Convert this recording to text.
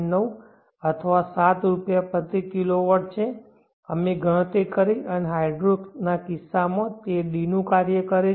9 અથવા 7 રૂપિયા પ્રતિ kW છે અમે ગણતરી કરી અને હાઇડ્રોના કિસ્સામાં તે d નું કાર્ય છે